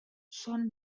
són